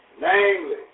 Namely